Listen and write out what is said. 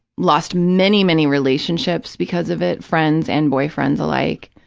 lost many, many relationships because of it, friends and boyfriends alike.